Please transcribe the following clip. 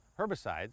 herbicides